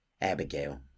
Abigail